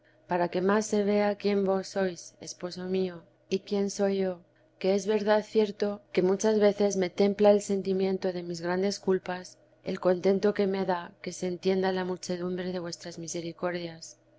para que más se vea quién vos sois esposo mío y quién soy yo que es verdad cierto que muchas veces me templa el sentimiento de mis grandes culpas l contento que me da que se entienda la muchedumbre de vuestras misericordias